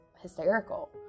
hysterical